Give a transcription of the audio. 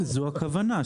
זו הכוונה,